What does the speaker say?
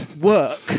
work